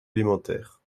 élémentaires